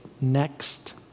next